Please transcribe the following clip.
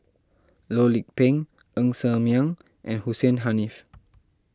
Loh Lik Peng Ng Ser Miang and Hussein Haniff